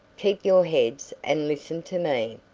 keep your heads and listen to me.